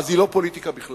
אז היא לא פוליטיקה בכלל.